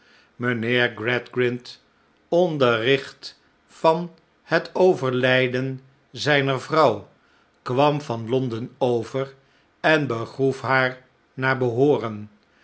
mijnheer gradgrind onderricht van het overlijden zijner vrouw kwam van l on den over en begroef haar naar behooren